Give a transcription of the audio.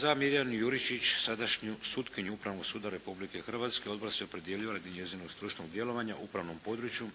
Za Mirjanu Jurušić, sadašnju sutkinju Upravnog suda Republike Hrvatske, odbor se opredijelio radi njezinog stručnog djelovanja u upravnom području,